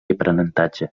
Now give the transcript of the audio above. aprenentatge